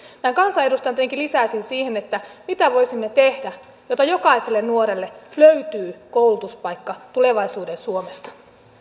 näin kansanedustajana tietenkin lisäisin siihen mitä voisimme tehdä jotta jokaiselle nuorelle löytyy koulutuspaikka tulevaisuuden suomesta